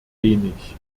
wenig